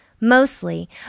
Mostly